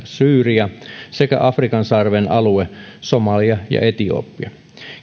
syyria sekä afrikan sarven alue somalia ja etiopia